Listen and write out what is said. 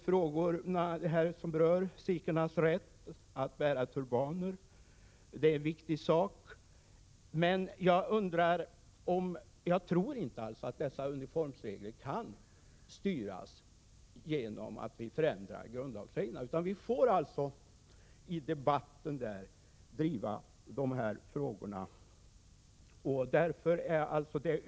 Frågan om sikhernas rätt att bära turbaner är viktig, men jag tror alltså inte att dessa uniformsregler kan styras genom att vi företar ändringar i grundlagen. Vi bör i stället i debatten driva dessa frågor.